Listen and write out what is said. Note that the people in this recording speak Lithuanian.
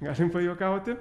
galim pajuokauti